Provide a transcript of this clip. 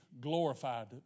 glorified